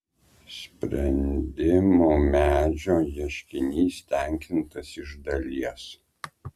sprendimų medžio ieškinys tenkintas iš dalies